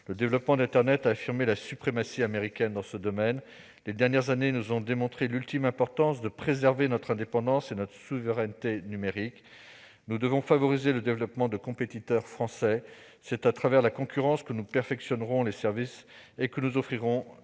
Le développement d'internet a affirmé la suprématie américaine dans ce domaine. Les dernières années nous ont démontré l'importance ultime de préserver notre indépendance et notre souveraineté numérique. Nous devons favoriser le développement de compétiteurs français. C'est à travers la concurrence que nous perfectionnerons les services et qu'une